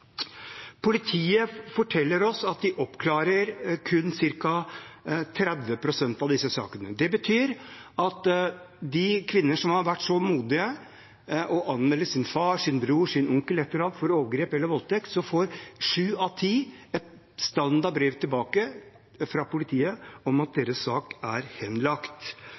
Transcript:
Politiet forteller oss at de oppklarer kun ca. 30 pst. av disse sakene. Det betyr at sju av ti av de kvinnene som har vært så modige å anmelde f.eks. sin far, sin bror eller sin onkel, får et standardbrev tilbake fra politiet om at saken deres er henlagt,